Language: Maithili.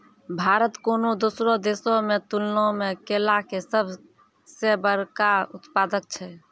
भारत कोनो दोसरो देशो के तुलना मे केला के सभ से बड़का उत्पादक छै